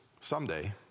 someday